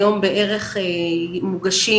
היום בערך מוגשים,